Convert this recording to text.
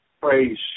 Praise